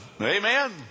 Amen